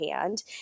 hand